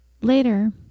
Later